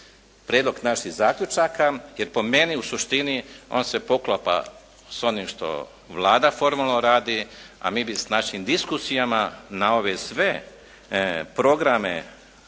prijedlog naših zaključaka, jer po meni u suštini on se poklapa s onim što Vlada formalno radi, a mi bi s našim diskusijama na ove sve programe